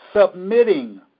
submitting